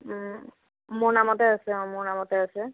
মোৰ নামতে আছে অঁ মোৰ নামতে আছে